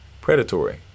predatory